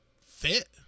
fit